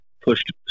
pushed